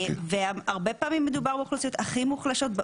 והרבה פעמים מדובר באוכלוסיות הכי מוחלשות,